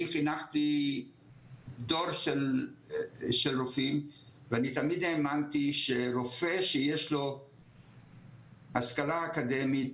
אני חינכתי דור של רופאים ואני תמיד האמנתי שרופא שיש לו השכלה אקדמית